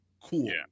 Cool